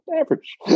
average